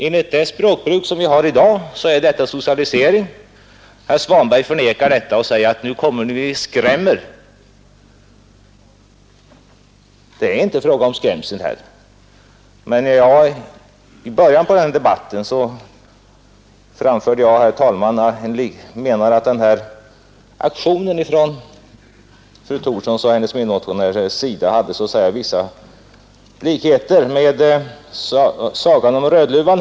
Enligt det språkbruk som vi har i dag är detta socialisering. Herr Svanberg förnekar det och säger att vi är ute för att skrämma, men det är inte fråga om skrämsel här. I början på den här debatten framförde jag meningen att den här aktionen från fru Thorsson och hennes medmotionärer hade vissa likheter med sagan om Rödluvan.